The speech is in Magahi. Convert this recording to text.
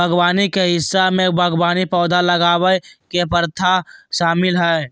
बागवानी के हिस्सा में बागवानी पौधा उगावय के प्रथा शामिल हइ